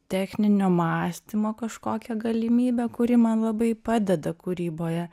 techninio mąstymo kažkokią galimybę kuri man labai padeda kūryboje